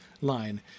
line